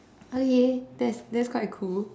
okay that's that's quite cool